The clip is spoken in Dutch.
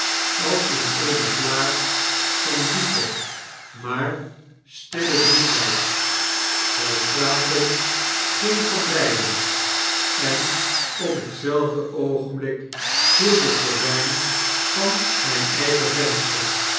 als in eene vlaag van diepe maar stille droefheid wy spraken geen van beiden en op hetzelfde oogenblik viel de gordyn van mijn eigen venster